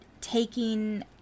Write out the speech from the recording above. taking